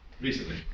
recently